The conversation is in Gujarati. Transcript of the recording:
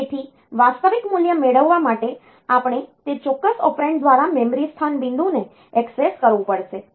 તેથી વાસ્તવિક મૂલ્ય મેળવવા માટે આપણે તે ચોક્કસ ઓપરેન્ડ દ્વારા મેમરી સ્થાન બિંદુને ઍક્સેસ કરવું પડશે